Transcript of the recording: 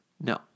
No